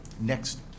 next